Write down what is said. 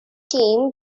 team